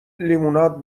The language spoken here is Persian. لیموناد